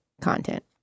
content